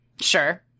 Sure